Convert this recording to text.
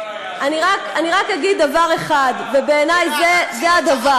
יהדות, אני רק אגיד דבר אחד, ובעיני זה הדבר.